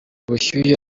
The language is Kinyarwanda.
ubushyuhe